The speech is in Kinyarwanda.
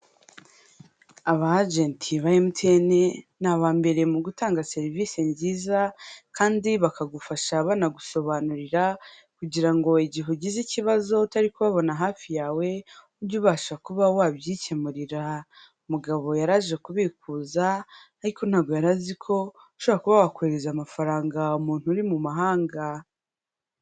Abagenti ba MTN ni aba mbere mu gutanga serivisi nziza, kandi bakagufasha banagusobanurira kugira ngo igihe ugize ikibazo utari kubabona hafi yawe ujye ubasha kuba wabyikemurira. Umugabo yari aje kubikuza ariko ntabwo yari azi ko ushobora kuba wakoherereza amafaranga umuntu uri mu mahanga.